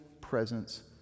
presence